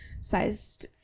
sized